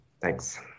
thanks